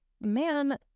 ma'am